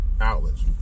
outlets